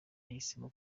yahisemo